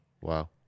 Wow